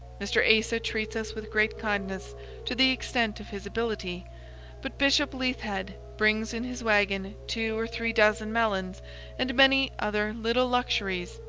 mr. asa treats us with great kindness to the extent of his ability but bishop leithhead brings in his wagon two or three dozen melons and many other little luxuries,